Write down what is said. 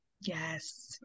Yes